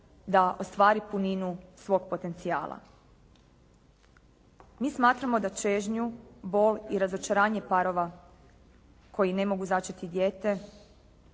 da ostvari puninu svog potencijala. Mi smatramo da čežnju, bol i razočaranje parova koji ne mogu začeti dijete